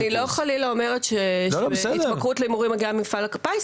אני לא חלילה אומרת שהתמכרות להימורים מגיעה ממפעל הפיס,